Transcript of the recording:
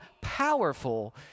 powerful